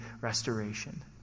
restoration